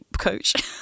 Coach